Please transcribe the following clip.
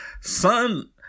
Son